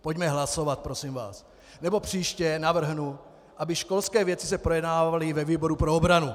Pojďme hlasovat, prosím vás, nebo příště navrhnu, aby školské věci se projednávaly i ve výboru pro obranu.